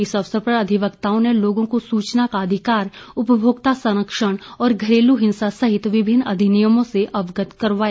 इस अवसर पर अधिवक्ताओं ने लोगों को सूचना का अधिकार उपभोक्ता संरक्षण और घरेलू हिंसा सहित विभिन्न अधिनियमों से अवगत करवाया